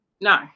No